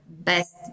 best